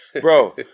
Bro